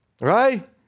right